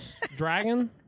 Dragon